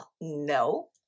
No